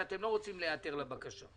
שאתם לא רוצים להיעתר לבקשה.